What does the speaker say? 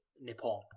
Nippon